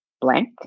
Blank